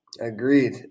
Agreed